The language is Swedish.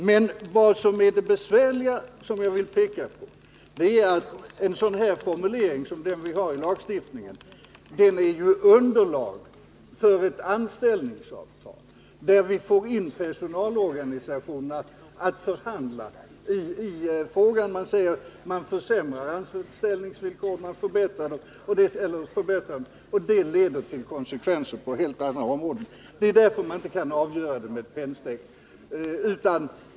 Men vad som är besvärligt och som jag vill peka på, är att en sådan formulering som den vi har i lagstiftningen är underlag för ett anställningsavtal. Vi får alltså in personalorganisationerna i bilden som våra förhandlingspartners om vi vill ändra i lagstiftningen. Det är därför man inte kan avgöra det hela med ett pennstreck.